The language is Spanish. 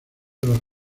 los